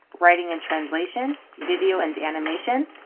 writing and translation, video and animation,